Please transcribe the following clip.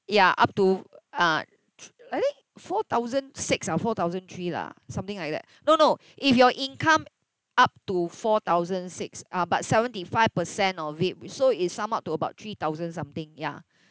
ya up to uh I think four thousand six ah or four thousand three lah something like that no no if your income up to four thousand six uh but seventy-five percent of it so it sum up to about three thousand something ya